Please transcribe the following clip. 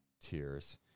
tears